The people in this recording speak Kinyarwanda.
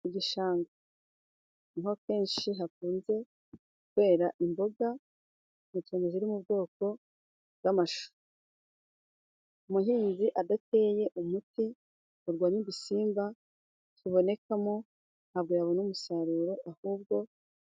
Mu gishanga niho akenshi hakunze kwera imboga cyane cyane ziri mu bwoko bw'amashu. Umuhinzi adateye umuti ngo arwawanye udusimba tubonekamo， ntabwo yabona umusaruro ahubwo